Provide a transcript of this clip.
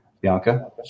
Bianca